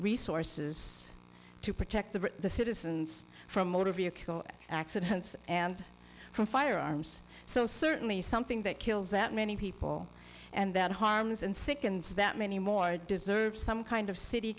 resources to protect the citizens from motor vehicle accidents and from firearms so certainly something that kills that many people and that harms and sickens that many more deserves some kind of city